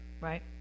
right